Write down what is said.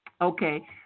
Okay